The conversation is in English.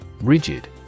Rigid